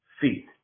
feet